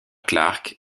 clarke